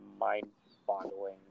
mind-boggling